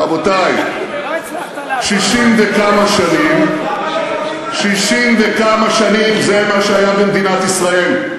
רבותי, 60 וכמה שנים, זה מה שהיה במדינת ישראל.